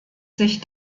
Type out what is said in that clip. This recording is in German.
sich